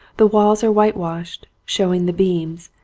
the walls are whitewashed, showing the beams,